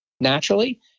naturally